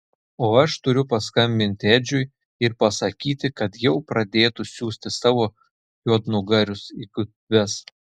o aš turiu paskambinti edžiui ir pasakyti kad jau pradėtų siųsti savo juodnugarius į gatves